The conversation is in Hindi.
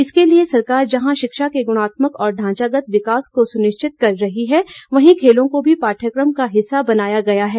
इसके लिए सरकार जहां शिक्षा के गुणात्मक और ढांचागत विकास को सुनिश्चित कर रही है वहीं खेलों को भी पाठयक्रम का हिस्सा बनाया गया है